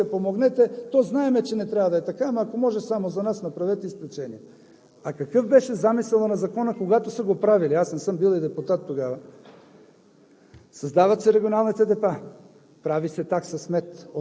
целта е сега кой да вземе премиера да го заведе на едно пълно сметища и да каже: моля Ви се помогнете, то знаем, че не трябва да е така, ама, ако може само за нас направете изключение. А какъв беше замисълът на Закона, когато са го правили? Аз не съм бил и депутат тогава.